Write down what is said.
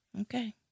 Okay